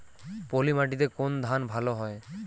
পলিমাটিতে কোন ধান ভালো হয়?